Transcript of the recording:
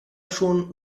schon